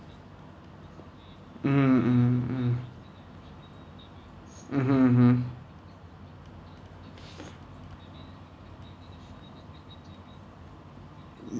mmhmm mm mm mmhmm mmhmm mm